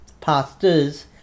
pastors